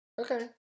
Okay